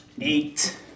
Eight